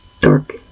dark